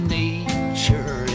nature